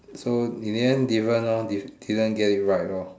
so you didn't different lor didn't didn't get it right lor